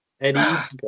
Eddie